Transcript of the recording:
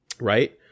Right